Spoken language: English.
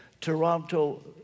Toronto